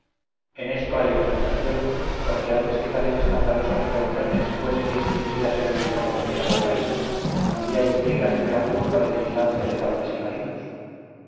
en esto hay exageración porque antes que tales escandalosas reuniones fuesen instituidas en nuestro morigerado país había intrigas y gran burla de vigilancia de padres y maridos